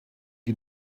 die